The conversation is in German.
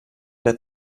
der